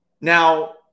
now